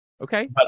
Okay